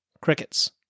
crickets